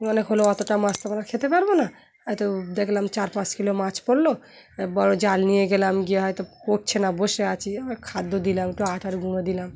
অনেক হলো অতটা মাছ তো মরা খেতে পারবো না হয়তো দেখলাম চার পাঁচ কিলো মাছ পড়লো বড় জাল নিয়ে গেলাম গিয়ে হয়তো পড়ছে না বসে আছি খাদ্য দিলাম একটু আটার গুঁড়ো দিলাম